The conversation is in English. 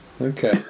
Okay